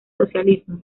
socialismo